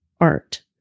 art